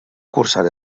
cursar